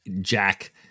Jack